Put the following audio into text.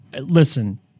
Listen